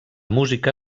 música